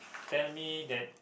tell me that